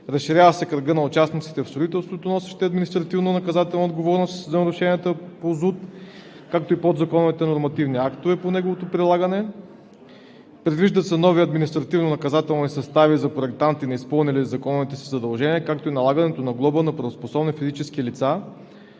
разширява се кръгът на участниците в строителството, носещи административнонаказателна отговорност за нарушенията по Закона за устройство на територията, както и подзаконовите нормативни актове по неговото прилагане. Предвиждат се нови административнонаказателни състави за проектанти, неизпълнили законовите си задължения, както и налагането на глоба на правоспособни физически лица,